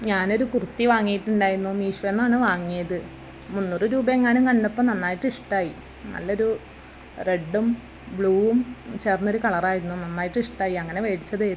ഞാനൊരു കുർത്തി വാങ്ങിയിട്ടുണ്ടായിരുന്നു മീശോയിൽ നിന്നാണ് വാങ്ങിയത് മുന്നൂറ് രൂപ എങ്ങാനും കണ്ടപ്പോൾ നന്നായിട്ടിഷ്ടമായി നല്ലൊരു റെഡും ബ്ലൂവും ചേർന്നൊര് കളറായിരുന്നു നന്നായിട്ടിഷ്ടമായി അങ്ങനെ മേടിച്ചതായിരുന്നു